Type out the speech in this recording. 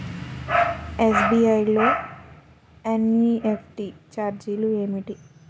SBI లో NEFT ఛార్జీలు ఏమిటి?